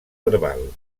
verbal